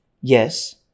yes